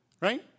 right